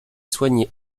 soigné